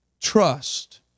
trust